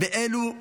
ואלה שמותיהם: